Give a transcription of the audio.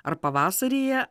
ar pavasaryje